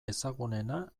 ezagunena